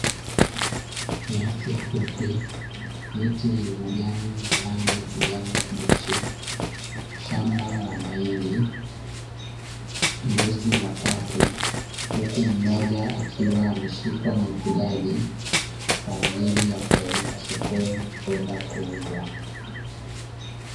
Nyasi fupi, miti yenye majani yenye rangi ya kijani kibichi, shamba la mahindi, mbuzi watatu, kuku mmoja, akiwa akiwa ameshikwa na mfugaji kwa ajili ya kupelekwa sokoni kwenda kuuzwa.